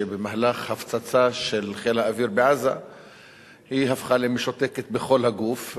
שבמהלך הפצצה של חיל האוויר בעזה הפכה למשותקת בכל הגוף,